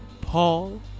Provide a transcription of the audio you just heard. Paul